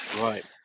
Right